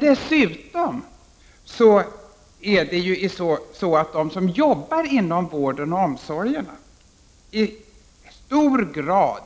Dessutom är det ju så, att de som jobbar inom vården och omsorgerna i hög grad